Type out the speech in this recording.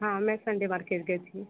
हाँ मैं Sunday market गई थी